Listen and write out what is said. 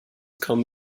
come